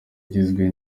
igizwe